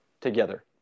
together